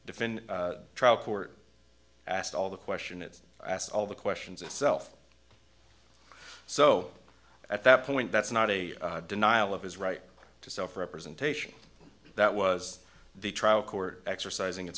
asked all the question is asked all the questions itself so at that point that's not a denial of his right to self representation that was the trial court exercising it